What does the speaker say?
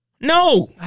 No